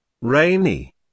Rainy